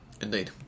indeed